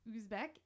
Uzbek